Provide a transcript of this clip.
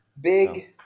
big